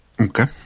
Okay